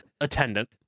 attendant